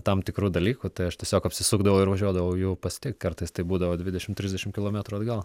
tam tikrų dalykų tai aš tiesiog apsisukdavau ir važiuodavau jų pasitikt kartais tai būdavo dvidešimt trisdešimt kilometrų atgal